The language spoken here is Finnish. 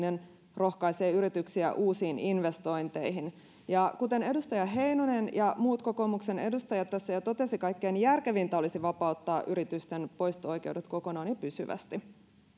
poistojen kaksinkertaistaminen rohkaisee yrityksiä uusiin investointeihin kuten edustaja heinonen ja muut kokoomuksen edustajat tässä jo totesivat kaikkein järkevintä olisi vapauttaa yritysten poisto oikeudet kokonaan ja pysyvästi